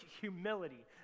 humility